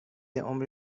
عمری